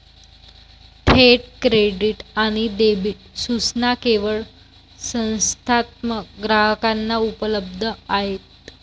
थेट क्रेडिट आणि डेबिट सूचना केवळ संस्थात्मक ग्राहकांना उपलब्ध आहेत